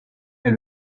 est